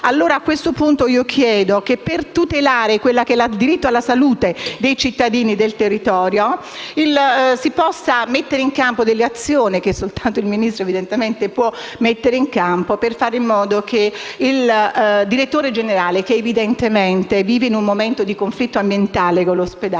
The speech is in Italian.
A questo punto, chiedo che, per tutelare il diritto alla salute dei cittadini del territorio, si possano mettere in campo delle azioni che soltanto il Ministro può adottare, per fare in modo che il direttore generale, che evidentemente vive un momento di conflitto ambientale con l'ospedale,